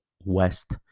west